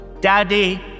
Daddy